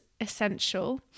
essential